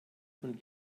von